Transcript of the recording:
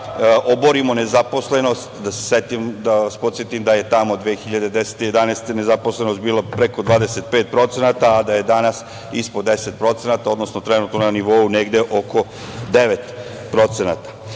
oborimo nezaposlenost. Da vas podsetim da je tamo 2010, 2011. godine nezaposlenost bila preko 25%, a da je danas ispod 10%, odnosno trenutno na nivou negde oko